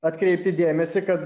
atkreipti dėmesį kad